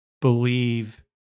believe